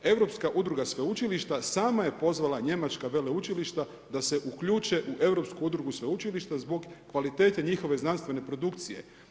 Europska udruga sveučilišta sama je pozvala njemačka veleučilišta da se uključe u Europsku udrugu sveučilišta zbog kvalitete njihove znanstvene produkcije.